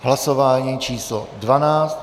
Hlasování číslo 12.